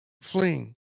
fleeing